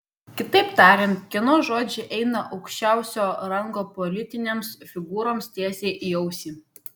kitaip tariant kieno žodžiai eina aukščiausio rango politinėms figūroms tiesiai į ausį